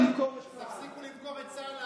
בשביל זה הוא